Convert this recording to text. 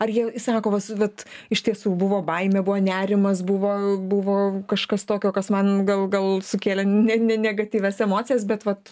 ar jie sako va vat iš tiesų buvo baimė buvo nerimas buvo buvo kažkas tokio kas man gal gal sukėlė ne ne negatyvias emocijas bet vat